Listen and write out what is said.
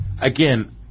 Again